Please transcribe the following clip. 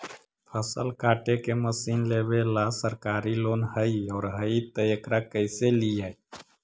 फसल काटे के मशीन लेबेला सरकारी लोन हई और हई त एकरा कैसे लियै?